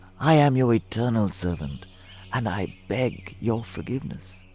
i am your eternal servant and i beg your forgiveness.